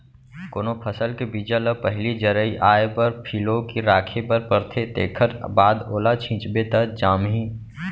कोनो फसल के बीजा ल पहिली जरई आए बर फिलो के राखे बर परथे तेखर बाद ओला छिंचबे त जामही